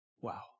Wow